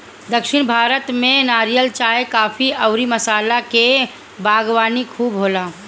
दक्षिण भारत में नारियल, चाय, काफी अउरी मसाला के बागवानी खूब होला